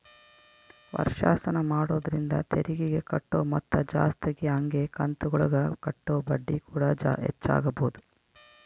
ವರ್ಷಾಶನ ಮಾಡೊದ್ರಿಂದ ತೆರಿಗೆಗೆ ಕಟ್ಟೊ ಮೊತ್ತ ಜಾಸ್ತಗಿ ಹಂಗೆ ಕಂತುಗುಳಗ ಕಟ್ಟೊ ಬಡ್ಡಿಕೂಡ ಹೆಚ್ಚಾಗಬೊದು